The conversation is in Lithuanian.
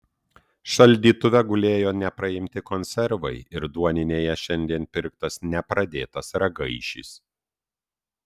šaldytuve gulėjo nepraimti konservai ir duoninėje šiandien pirktas nepradėtas ragaišis